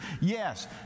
Yes